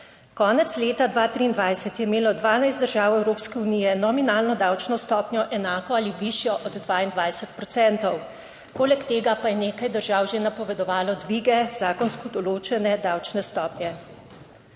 Konec leta 2023 je imelo 12 držav Evropske unije nominalno davčno stopnjo enako ali višjo od 22 procentov. Poleg tega pa je nekaj držav že napovedovalo dvige zakonsko določene davčne stopnje.